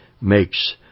makes